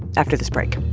after this break